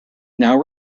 now